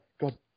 God